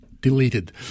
deleted